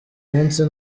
munsi